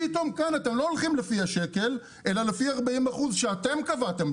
ופתאום כאן אתם לא הולכים לפי השקל אלא לפי 40% שאתם קבעתם,